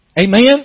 Amen